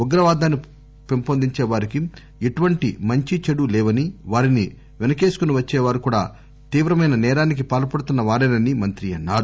ఉగ్రవాదాన్ని పెంహొందించే వారికి ఎటువంటి మంచీ చెడూ లేవని వారిని వెనకేసుకుని వచ్చే వారు కూడా తీవ్రమైన సేరానికి పాల్పడుతున్న వారేనని మంత్రి అన్నారు